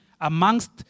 amongst